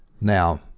Now